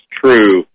true